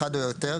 אחד או יותר,